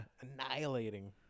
Annihilating